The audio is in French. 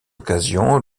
occasion